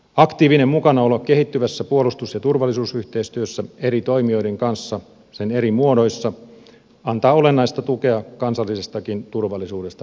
aktiivinen mukanaolo kehittyvässä puolustus ja turvallisuusyhteistyössä eri toimijoiden kanssa sen eri muodoissa antaa olennaista tukea kansallisestakin turvallisuudesta huolehtimiseen